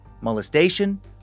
molestation